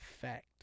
fact